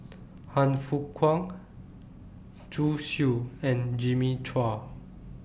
Han Fook Kwang Zhu Xu and Jimmy Chua